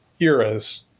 eras